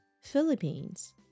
Philippines